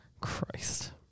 Christ